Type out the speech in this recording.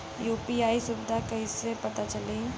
UPI सुबिधा कइसे पता चली?